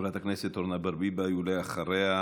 חברת הכנסת אורנה ברביבאי, ואחריה,